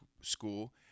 school